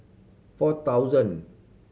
four thousand